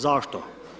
Zašto?